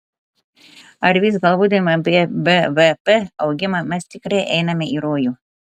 ar vis galvodami apie bvp augimą mes tikrai einame į rojų